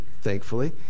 thankfully